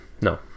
No